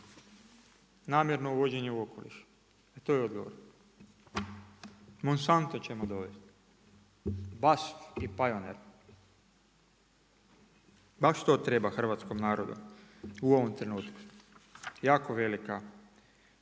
Namjerno uvođenje u okoliš, e to je odgovor. Monsanta ćemo dovest. …/Govornik se ne razumije./… i Pioneer, baš to treba hrvatskom narodu u ovom trenutku. Jako velika